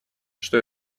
что